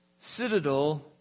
citadel